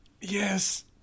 Yes